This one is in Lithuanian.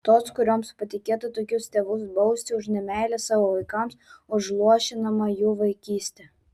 tos kurioms patikėta tokius tėvus bausti už nemeilę savo vaikams už luošinamą jų vaikystę